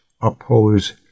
oppose